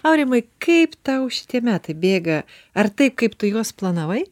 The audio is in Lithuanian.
aurimai kaip tau šitie metai bėga ar tai kaip tu juos planavai